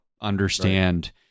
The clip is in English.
understand